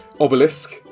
obelisk